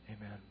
Amen